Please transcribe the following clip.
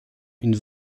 une